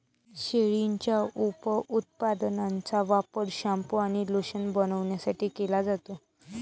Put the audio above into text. शेळीच्या उपउत्पादनांचा वापर शॅम्पू आणि लोशन बनवण्यासाठी केला जातो